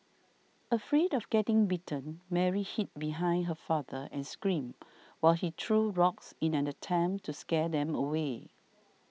afraid of getting bitten Mary hid behind her father and screamed while he threw rocks in an attempt to scare them away